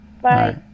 Bye